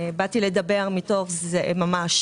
באתי לדבר ממש מתוך כאב.